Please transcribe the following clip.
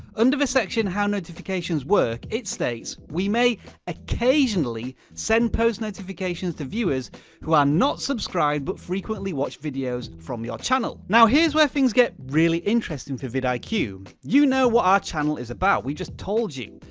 under the section, how notifications work, it states we may occasionally send post notifications to viewers who are not subscribed but frequently watch videos from your channel. now, here's where things get really interesting for vidiq. you you know what our channel is about, we just told you.